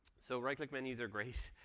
so right click menus are great.